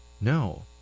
No